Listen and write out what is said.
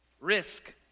risk